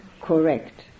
correct